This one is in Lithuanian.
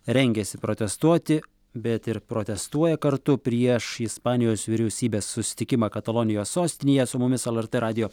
rengiasi protestuoti bet ir protestuoja kartu prieš ispanijos vyriausybės susitikimą katalonijos sostinėje su mumis lrt radijo